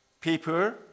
people